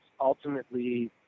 ultimately